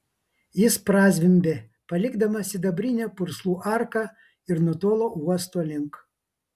jis prazvimbė palikdamas sidabrinę purslų arką ir nutolo uosto link